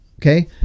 Okay